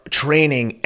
training